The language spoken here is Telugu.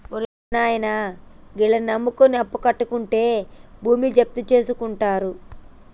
ఒరే సిన్నాయనా, గీళ్లను నమ్మకు, అప్పుకట్లకుంటే భూమి జప్తుజేసుకుంటరు